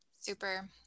Super